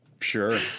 Sure